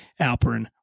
alperin